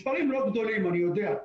מספרים לא גדולים, אני יודע.